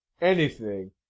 Anything